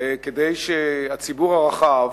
כדי שהציבור הרחב